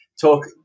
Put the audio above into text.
talk